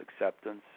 acceptance